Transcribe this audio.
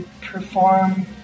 perform